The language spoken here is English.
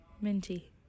Minty